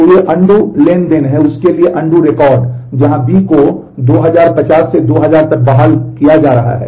तो ये अनडू किया है